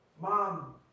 mom